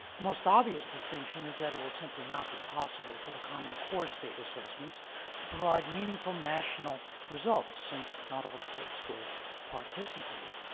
the most obvious distinction is that it will simply not be possible for the common core state assessments to provide meaningful national results since not all states will participate.